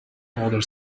other